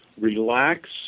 relax